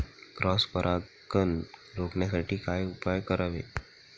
Cross परागकण रोखण्यासाठी काय उपाय करावे?